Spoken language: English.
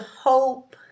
hope